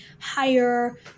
higher